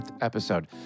episode